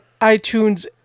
iTunes